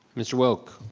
mr. wilk?